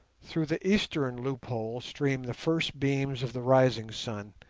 through the eastern loophole stream the first beams of the rising sun,